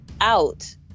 out